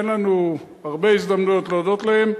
אין לנו הרבה הזדמנויות להודות להם,